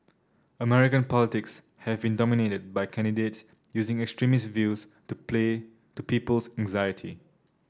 American politics have in dominated by candidates using extremist views to play to people's anxiety